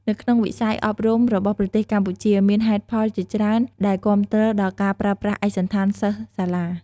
នៅក្នុងវិស័យអប់រំរបស់ប្រទេសកម្ពុជាមានហេតុផលជាច្រើនដែលគាំទ្រដល់ការប្រើប្រាស់ឯកសណ្ឋានសិស្សសាលា។